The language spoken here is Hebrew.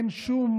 אין שום